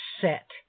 set